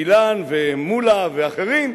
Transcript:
ואילן ומולה ואחרים,